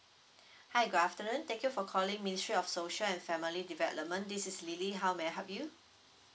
hi good afternoon thank you for calling ministry of social and family development this is lily how may I help you